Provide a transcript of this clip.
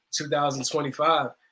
2025